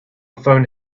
phone